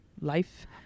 life